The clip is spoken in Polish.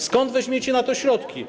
Skąd weźmiecie na to środki?